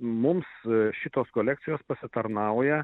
mums šitos kolekcijos pasitarnauja